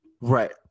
Right